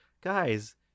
Guys